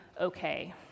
okay